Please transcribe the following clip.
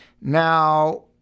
Now